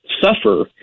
suffer